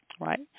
right